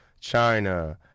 China